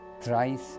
thrice